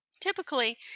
Typically